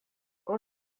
hor